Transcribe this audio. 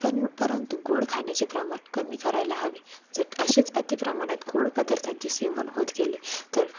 पण परंतु गोड खाण्याचे प्रमाण कमी करायला हवे जर असेच अति प्रमाणात गोड पदार्थांचे सेवन होत गेले तर